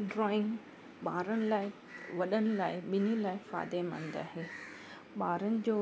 drawing ॿारनि लाइ वॾनि लाइ ॿिनिनि लाइ फ़ाइदेमंदि आहे ॿारनि जो